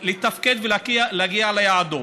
גם חברת הכנסת מרב מיכאלי מאוד רצתה להצביע בעד החוק.